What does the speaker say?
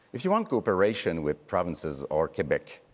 if you want cooperation with provinces or quebec,